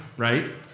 Right